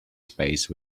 space